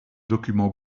documents